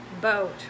boat